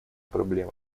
проблемами